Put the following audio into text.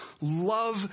love